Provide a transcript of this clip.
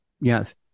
Yes